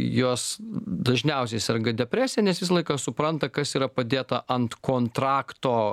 jos dažniausiai serga depresija nes visą laiką supranta kas yra padėta ant kontrakto